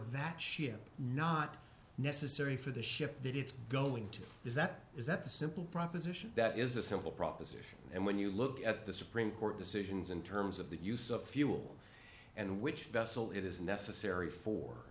that ship not necessary for the ship that it's going to is that is that the simple proposition that is a simple proposition and when you look at the supreme court decisions in terms of the use of fuel and which vessel it is necessary for